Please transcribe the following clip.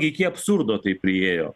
iki absurdo tai priėjo